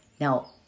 Now